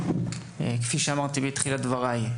קודם כל כפי שאמרתי בתחילת דבריי,